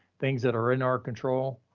things that are in our control,